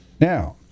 Now